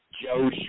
Joe